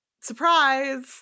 surprise